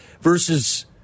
versus